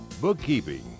bookkeeping